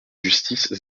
justice